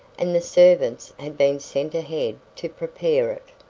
and the servants had been sent ahead to prepare it.